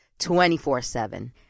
24-7